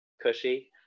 cushy